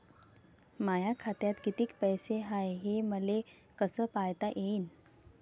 माया खात्यात कितीक पैसे हाय, हे मले कस पायता येईन?